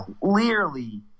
clearly